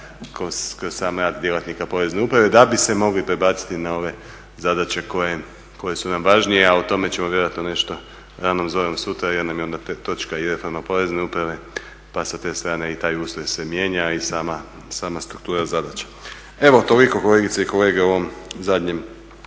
kroz sam rad djelatnika porezne uprave da bi se mogli prebaciti na ove zadaće koje su nam važnije, a o tome ćemo vjerojatno nešto ranom zorom sutra jer nam je onda točka i … porezne uprave pa sa te strane i taj ustroj se mijenja i sama struktura zadaća. Evo, toliko kolegice i kolege o ovom zadnjem,